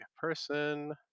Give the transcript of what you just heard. person